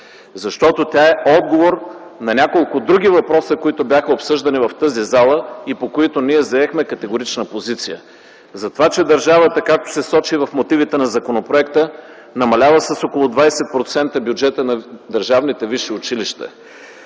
Защото тя е отговор на няколко други въпроси, които бяха обсъждани в тази зала и по които ние заехме категорична позиция – затова, че държавата, както се сочи в мотивите на законопроекта, намалява с около 20% бюджета на държавните висши училища.